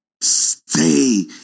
Stay